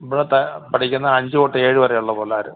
ഇവിടത്തെ പഠിക്കുന്ന അഞ്ച് തൊട്ട് ഏഴ് വരെയുള്ള പിള്ളേർ